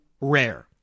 rare